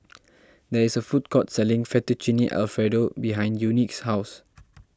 there is a food court selling Fettuccine Alfredo behind Unique's house